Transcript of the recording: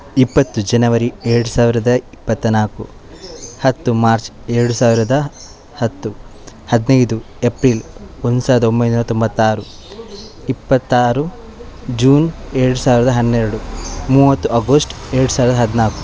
ಇಪ್ಪತ್ತು ಜನವರಿ ಎರಡು ಸಾವಿರದ ಇಪ್ಪತ್ತನಾಲ್ಕು ಹತ್ತು ಮಾರ್ಚ್ ಎರಡು ಸಾವಿರದ ಹತ್ತು ಹದಿನೈದು ಎಪ್ರಿಲ್ ಒಂದು ಸಾವಿರದ ಒಂಬೈನೂರ ತೊಂಬತ್ತಾರು ಇಪ್ಪತ್ತಾರು ಜೂನ್ ಎರಡು ಸಾವಿರದ ಹನ್ನೆರಡು ಮೂವತ್ತು ಆಗೋಸ್ಟ್ ಎರಡು ಸಾವಿರದ ಹದಿನಾಲ್ಕು